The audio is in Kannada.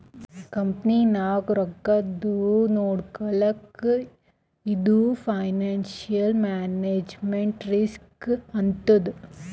ಕಂಪನಿನಾಗ್ ರೊಕ್ಕಾದು ನೊಡ್ಕೊಳಕ್ ಇದು ಫೈನಾನ್ಸಿಯಲ್ ಮ್ಯಾನೇಜ್ಮೆಂಟ್ ರಿಸ್ಕ್ ಇರ್ತದ್